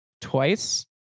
twice